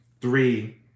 three